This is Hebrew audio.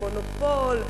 "מונופול",